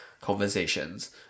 conversations